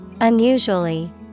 unusually